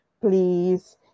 please